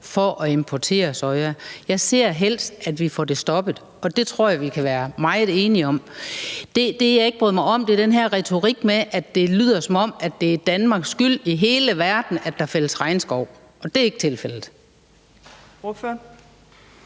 for at importere soja. Jeg ser helst, at vi får det stoppet, og det tror jeg vi kan være meget enige om. Det, jeg ikke bryder mig om, er den her retorik, hvor det lyder, som om det er Danmarks skyld som det eneste land i hele verden, at der fældes regnskov, og det er ikke tilfældet.